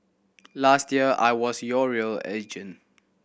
last year I was your real agent